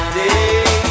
day